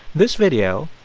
this video,